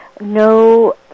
No